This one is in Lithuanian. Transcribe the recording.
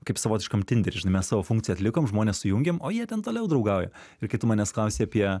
kaip savotiškam tinderį žinai mes savo funkciją atlikom žmones sujungėm o jie ten toliau draugauja ir kai tu manęs klausei apie